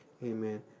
Amen